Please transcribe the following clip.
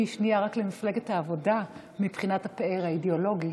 שהיא שנייה רק למפלגת העבודה מבחינת הפאר האידיאולוגי,